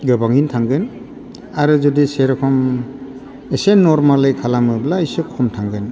गोबाङैनो थांगोन आरो जुदि सेर'खम एसे नरमालै खालामोब्ला एसे खम थांगोन